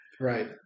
Right